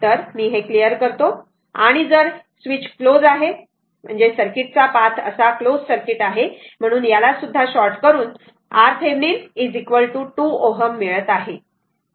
तर मी हे क्लियर करतो आणि जर स्वीच क्लोज आहे तर सर्किट चा पाथ असा क्लोज सर्किट आहे म्हणून यालासुद्धा शॉर्ट करून RThevenin 2 Ω मिळत आहे